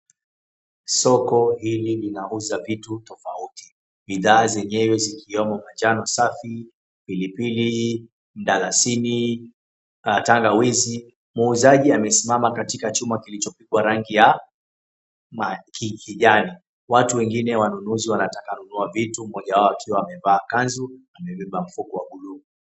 Soko ili inauza vitu tofauti, bidha zenyewe zikiwemo majano safi ,pilipili, dalasini na tangawizi. Muuzaji amesimama katika chumba kilichopigwa rangi ya Kijani watu wengine wanunuzi wanataka kununua vitu moja wao akiwa amevaa kanzu na amebeba mfuko wa blu.